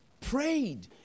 prayed